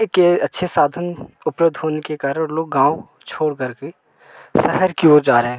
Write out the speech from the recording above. के अच्छे साधन उपलब्ध होने के कारण लोग गाँव छोड़ करके शहर की ओर जा रहे हैं